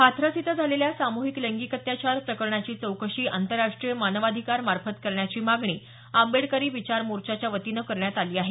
हाथरस इथं झालेल्या सामुहिक लैंगिक अत्याचार प्रकरणाची चौकशी आंतरराष्ट्रीय मानव अधिकार मार्फत करण्याची मागणी आंबेडकरी विचार मोर्चाच्या वतीनं करण्यात आली आहे